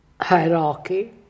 hierarchy